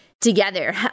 together